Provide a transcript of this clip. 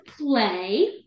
play